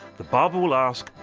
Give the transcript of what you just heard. the barber will ask,